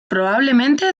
probablemente